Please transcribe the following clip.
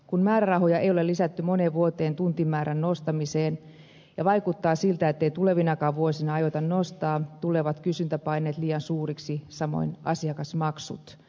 kun määrärahoja ei ole lisätty moneen vuoteen tuntimäärän nostamiseen ja vaikuttaa siltä ettei tulevinakaan vuosina aiota nostaa tulevat kysyntäpaineet liian suuriksi samoin asiakasmaksut